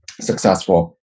successful